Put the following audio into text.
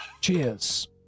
Cheers